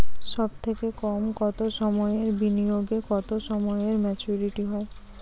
সবথেকে কম কতো সময়ের বিনিয়োগে কতো সময়ে মেচুরিটি হয়?